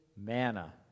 manna